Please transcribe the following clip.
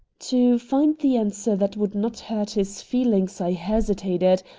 to find the answer that would not hurt his feelings i hesitated,